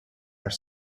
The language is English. are